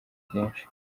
byinshi